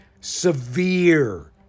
severe